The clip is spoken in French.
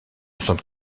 centre